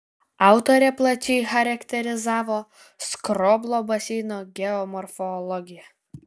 autorė plačiai charakterizavo skroblo baseino geomorfologiją